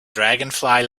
dragonfly